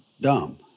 dumb